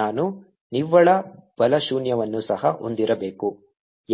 ನಾನು ನಿವ್ವಳ ಬಲ ಶೂನ್ಯವನ್ನು ಸಹ ಹೊಂದಿರಬೇಕು